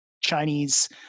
Chinese